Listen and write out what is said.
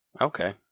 Okay